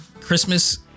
Christmas